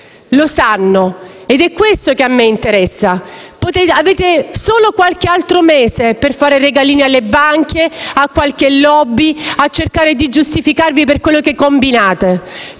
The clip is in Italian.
lo sanno ed è questo che mi interessa. Avete solo qualche altro mese per fare regalini alle banche, a qualche *lobby*, per cercare di giustificarvi per quello che combinate.